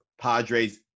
Padres